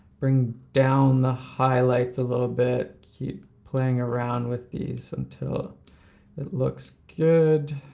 bring down the highlights a little bit, keep playing around with these until it looks good.